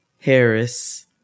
Harris